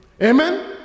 amen